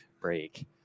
break